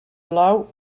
blau